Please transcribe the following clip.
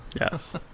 Yes